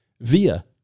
Via